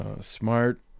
smart